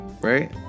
right